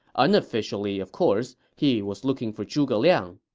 unofficially, of course, he was looking for zhuge liang